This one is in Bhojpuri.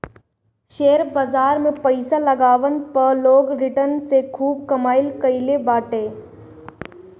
शेयर बाजार में पईसा लगवला पअ लोग रिटर्न से खूब कमाई कईले बाटे